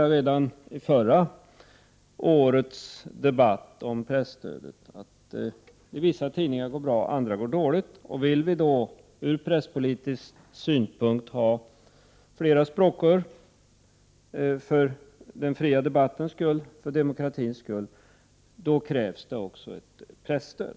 Jag sade redan i förra årets debatt om presstödet att vissa tidningar går bra och andra går dåligt. Och om vi ur presspolitisk synpunkt vill ha flera språkrör för den fria debattens och för demokratins skull krävs det också presstöd.